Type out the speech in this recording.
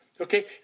okay